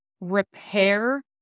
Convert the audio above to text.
repair